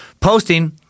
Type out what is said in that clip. Posting